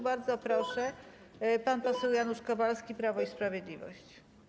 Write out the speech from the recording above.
Bardzo proszę, pan poseł Janusz Kowalski, Prawo i Sprawiedliwość.